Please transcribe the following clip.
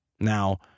Now